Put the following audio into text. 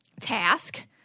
task